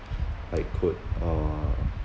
I could uh